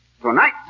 Tonight